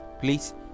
please